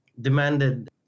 demanded